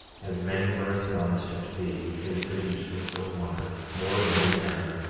as many were astonished at thee his visage was so marred, more than any man,